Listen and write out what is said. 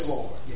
Lord